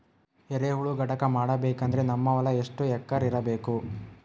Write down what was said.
ಎರೆಹುಳ ಘಟಕ ಮಾಡಬೇಕಂದ್ರೆ ನಮ್ಮ ಹೊಲ ಎಷ್ಟು ಎಕರ್ ಇರಬೇಕು?